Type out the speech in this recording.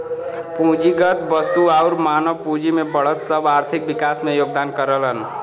पूंजीगत वस्तु आउर मानव पूंजी में बढ़त सब आर्थिक विकास में योगदान करलन